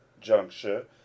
juncture